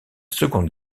seconde